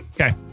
Okay